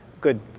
good